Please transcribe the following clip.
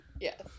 Yes